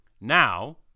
Now